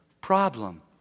problem